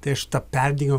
tai aš tą perdegimo